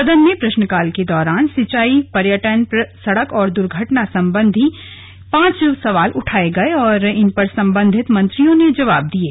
सदन में प्रश्नकाल के दौरान सिंचाई पर्यटन सड़क और दुर्घटना बीमा संबंधी पांच सवाल उठाए गये और इन पर संबंधित मंत्रियों ने जवाब दिये